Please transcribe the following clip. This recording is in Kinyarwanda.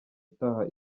utaha